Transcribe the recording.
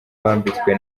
bambitswe